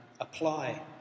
apply